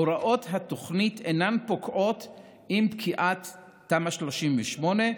הוראות התוכנית אינן פוקעות עם פקיעת תמ"א 38,